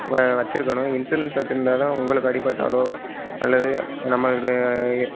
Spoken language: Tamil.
வ வச்சிருக்கணும் இன்சூரன்ஸ் வச்சிருந்தால்தான் உங்களுக்கு அடிப்பட்டாலோ அல்லது நம்மளுக்கு